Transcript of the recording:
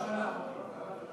הוא לא שלח אותי,